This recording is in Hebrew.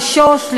לשוש,